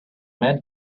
man